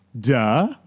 Duh